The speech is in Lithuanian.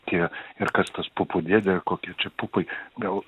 tie ir kas tas pupų dėdė ir kokie čia pupai gal